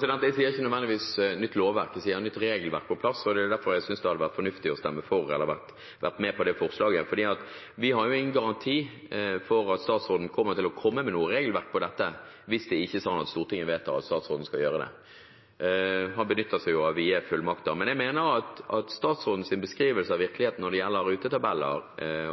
nødvendigvis «nytt lovverk». Jeg sier at et nytt regelverk må på plass, og det er derfor jeg synes det hadde vært fornuftig å stemme for og være med på det forslaget. Vi har ingen garanti for at statsråden kommer til å komme med noe regelverk på dette hvis ikke Stortinget vedtar at statsråden skal gjøre det, for han benytter seg jo av vide fullmakter. Jeg mener at statsrådens beskrivelse av virkeligheten når det gjelder rutetabeller